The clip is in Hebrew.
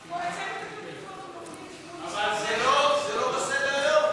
אבל זה לא בסדר-היום.